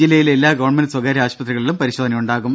ജില്ലയിലെ എല്ലാ ഗവൺമെന്റ് സ്വകാര്യ ആശുപത്രികളിലും പരിശോധന ഉണ്ടാകും